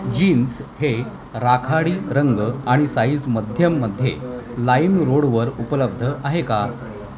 jeans हे राखाडी रंग आणि साइझ मध्यममध्ये लाईमरोडवर उपलब्ध आहे का